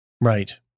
Right